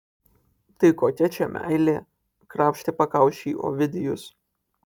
tai kokia čia meilė krapštė pakaušį ovidijus